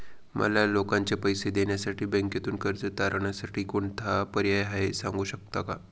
मला लोकांचे पैसे देण्यासाठी बँकेतून कर्ज तारणसाठी कोणता पर्याय आहे? सांगू शकता का?